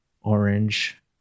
orange